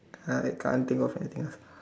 I can't think of anything else